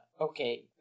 okay